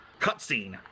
cutscene